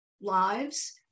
lives